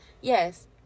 yes